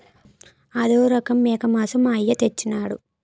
ఆదోరంకి మేకమాంసం మా అయ్య తెచ్చెయినాడు